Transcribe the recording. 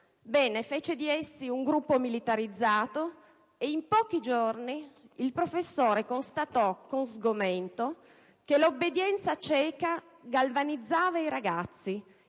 fece di essi un gruppo militarizzato e in pochi giorni constatò con sgomento che l'obbedienza cieca galvanizzava i ragazzi,